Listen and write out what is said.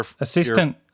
assistant